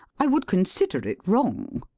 i would consider it wrong.